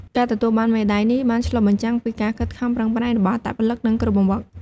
ការទទួលបានមេដាយនេះបានឆ្លុះបញ្ចាំងពីការខិតខំប្រឹងប្រែងរបស់អត្តពលិក និងគ្រូបង្វឹក។